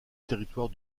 territoire